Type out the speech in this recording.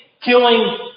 killing